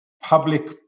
public